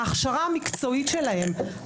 ההכשרה המקצועית שלהם,